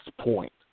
point